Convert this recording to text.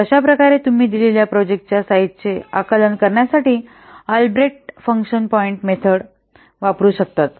तर अशा प्रकारे तुम्ही दिलेल्या प्रोजेक्टाच्या साईझचे आकलन करण्यासाठी अल्ब्रेक्ट फंक्शन पॉईंट मेथड वापरू शकता